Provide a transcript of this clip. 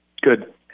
Good